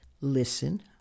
listen